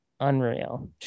Unreal